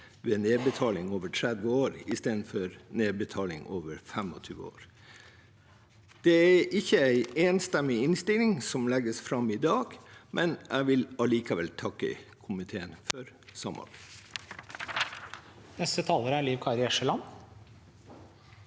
en nedbetaling over 30 år enn ved en nedbetaling over 25 år. Det er ikke en enstemmig innstilling som legges fram i dag, men jeg vil allikevel takke komiteen for samarbeidet.